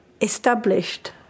established